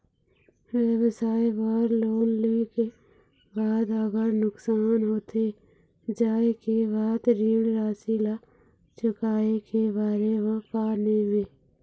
व्यवसाय बर लोन ले के बाद अगर नुकसान होथे जाय के बाद ऋण राशि ला चुकाए के बारे म का नेम हे?